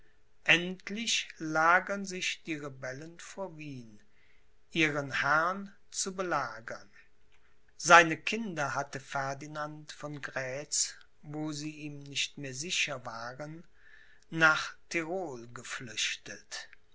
endlich lagern sich die rebellen vor wien ihren herrn zu belagern seine kinder hatte ferdinand von grätz wo sie ihm nicht mehr sicher waren nach tirol geflüchtet